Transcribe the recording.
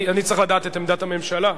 אני צריך לדעת את עמדת הממשלה.